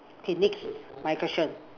okay next my question